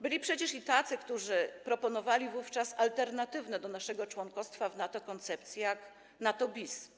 Byli też tacy, którzy proponowali wówczas alternatywną do naszego członkostwa w NATO koncepcję: NATO-bis.